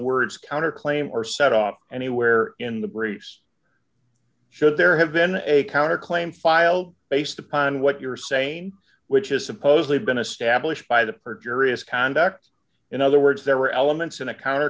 words counter claim or set up anywhere in the briefs should there have been a counterclaim file based upon what you're saying which has supposedly been established by the perjurious conduct in other words there were elements in a counter